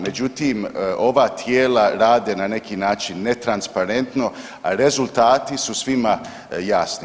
Međutim ova tijela rade na neki način netransparentno, a rezultati su svima jasni.